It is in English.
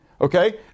Okay